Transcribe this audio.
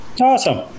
Awesome